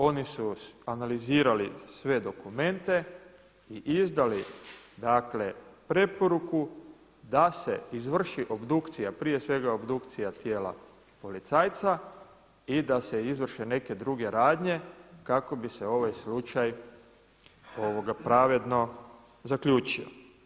Oni su izanalizirali sve dokumente i izdali preporuku da se izvrši obdukcija, prije svega obdukcija tijela policajca i da se izvrše neke druge radnje kako bi se ovaj slučaj pravedno zaključio.